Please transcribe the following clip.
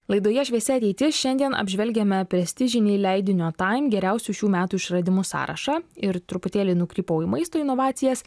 laidoje šviesi ateitis šiandien apžvelgiame prestižinį leidinio taim geriausių šių metų išradimų sąrašą ir truputėlį nukrypau į maisto inovacijas